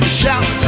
shout